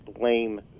blame